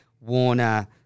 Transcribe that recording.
Warner